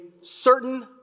certain